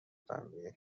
تنبیه